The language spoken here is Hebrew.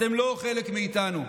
אתם לא חלק מאיתנו.